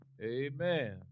Amen